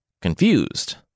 confused